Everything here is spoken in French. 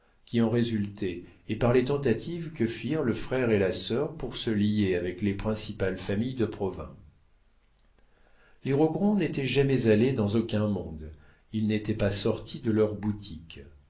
qui en résultaient et par les tentatives que firent le frère et la sœur pour se lier avec les principales familles de provins les rogron n'étaient jamais allés dans aucun monde ils n'étaient pas sortis de leur boutique